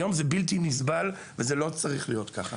היום זה בלתי נסבל, וזה לא צריך להיות כך.